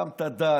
גם את הדת,